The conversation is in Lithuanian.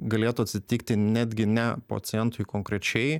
galėtų atsitikti netgi ne pacientui konkrečiai